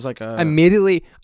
Immediately